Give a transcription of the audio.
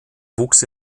wuchs